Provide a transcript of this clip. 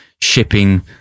shipping